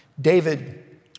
David